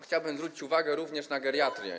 Chciałbym zwrócić uwagę również na geriatrię.